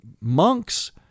monks